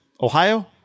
Ohio